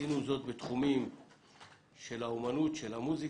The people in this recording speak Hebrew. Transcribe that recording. עשינו זאת בתחומים של אומנות ומוזיקה,